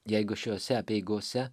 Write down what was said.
jeigu šiose apeigose